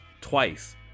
twice